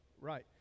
Right